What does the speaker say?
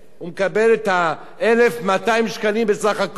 הוא מקבל את 1,200 השקלים בסך הכול,